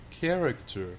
character